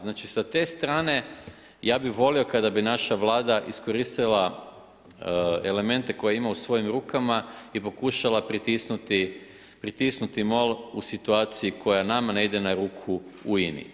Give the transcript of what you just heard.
Znači sa te strane ja bih volio kada bi naša Vlada iskoristila elemente koje ima u svojim rukama i pokušala pritisnuti MOL u situaciji koja nama ne ide na ruku u INI.